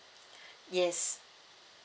yes